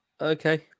Okay